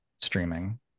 streaming